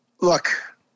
Look